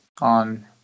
on